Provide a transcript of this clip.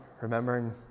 remembering